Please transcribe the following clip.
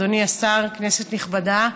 אדוני השר, כנסת נכבדה,